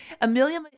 Amelia